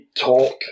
talk